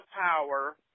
power